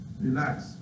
Relax